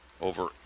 Over